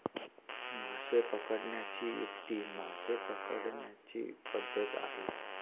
मासे पकडण्याची युक्ती मासे पकडण्याची पद्धत आहे